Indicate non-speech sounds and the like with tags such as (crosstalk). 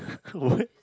(laughs) what